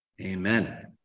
Amen